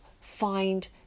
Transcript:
find